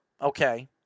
okay